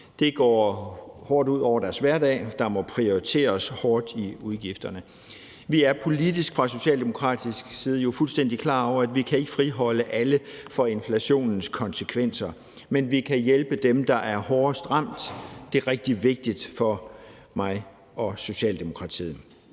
Det går hårdt ud over deres hverdag. Der må prioriteres hårdt i udgifterne. Vi er politisk fra socialdemokratisk side jo fuldstændig klar over, at vi ikke kan friholde alle for inflationens konsekvenser. Men vi kan hjælpe dem, der er hårdest ramt. Det er rigtig vigtigt for mig og Socialdemokratiet.